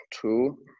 two